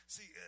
See